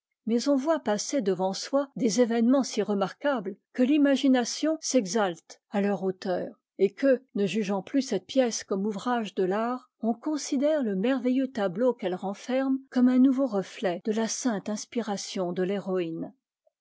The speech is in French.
mais on voit passer devant soi des événements si remarquables que l'imagination s'exalte à leur hauteur et que ne jugeant plus cette pièce comme ouvrage de l'art on considère le merveilleux tableau qu'elle renferme comme un nouveau reflet de la sainte inspiration de l'héroïne